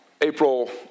April